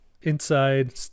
inside